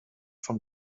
vom